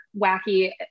wacky